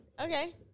Okay